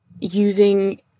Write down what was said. Using